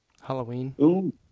Halloween